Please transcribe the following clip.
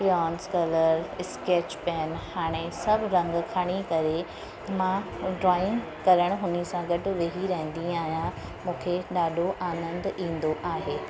crayons colour sketch pen हाणे सभु रंग खणी करे मां ड्रॉइंग करणु हुन सां गॾु वेही रहंदी आहियां मूंखे ॾाढो आनंदु ईंदो आहे